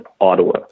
Ottawa